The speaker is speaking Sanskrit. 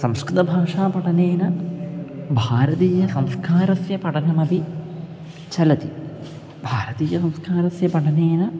संस्कृतभाषापठनेन भारतीयसंस्कारस्य पठनमपि चलति भारतीयसंस्कारस्य पठनेन